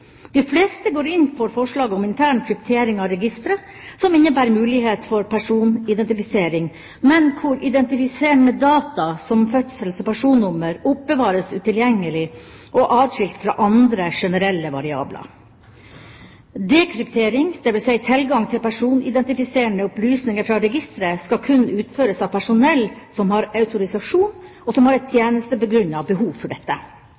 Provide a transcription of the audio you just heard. De fleste går inn for forslaget om intern kryptering av registeret, som innebærer mulighet for personidentifisering, men hvor identifiserende data som fødsels- og personnummer oppbevares utilgjengelig og atskilt fra andre generelle variabler. Dekryptering, dvs. tilgang til personidentifiserende opplysninger fra registeret, skal kun utføres av personell som har autorisasjon, og som har et tjenestebegrunnet behov for dette.